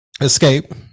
Escape